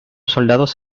soldados